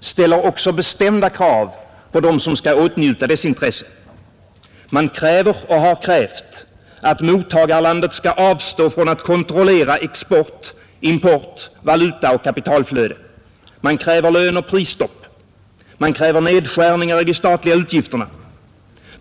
ställer också bestämda krav på dem som skall åtnjuta dess intresse. Man kräver och har krävt att mottagarlandet skall avstå från att kontrollera export, import, valuta och kapitalflöde. Man kräver löneoch prisstopp. Man kräver nedskärningar i de statliga utgifterna.